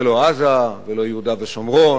זה לא עזה, ולא יהודה ושומרון,